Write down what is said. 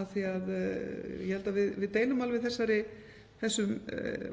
af því að ég held að við deilum alveg þessum